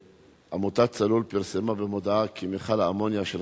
עמותת "צלול" פרסמה במודעה כי מכל האמוניה של